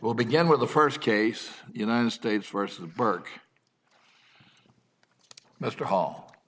will begin with the first case united states versus burke mr hall